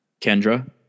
Kendra